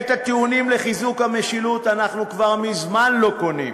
את הטיעונים לחיזוק המשילות אנחנו כבר מזמן לא קונים.